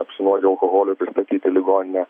apsinuodijo alkoholiu pristatyt į ligoninę